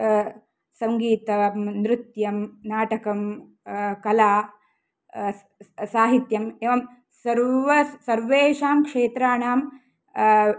सङ्गीतं नृत्यं नाटकं कला साहित्यं एवं सर्व सर्वेषां क्षेत्राणां